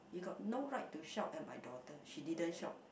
you got no right to shout at my daughter she didn't shout